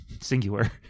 Singular